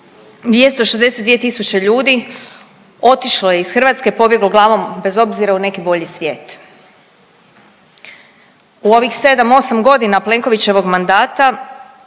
262 tisuće ljudi otišlo je iz Hrvatske, pobjeglo glavom bez obzira u neki bolji svijet. U ovih sedam, osam godina Plenkovićevog mandata